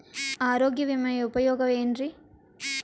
ಆರೋಗ್ಯ ವಿಮೆಯ ಉಪಯೋಗ ಏನ್ರೀ?